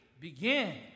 Begin